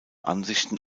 ansichten